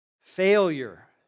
failure